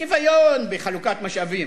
שוויון בחלוקת משאבים.